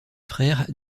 frère